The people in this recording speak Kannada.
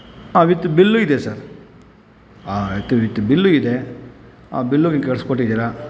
ಆಂ ವಿತ್ ಬಿಲ್ಲು ಇದೆ sir um with with bill ಇದೆ ಆ ಬಿಲ್ಲು ನೀವು ಕಳಿಸ್ಕೊಟ್ಟಿದ್ದೀರ